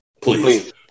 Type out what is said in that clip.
please